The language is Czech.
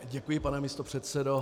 Děkuji, pane místopředsedo.